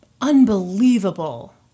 Unbelievable